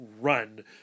run